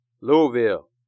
Louisville